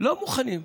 לא מוכנים.